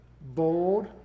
bold